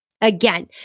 Again